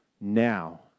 now